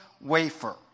wafer